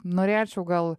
norėčiau gal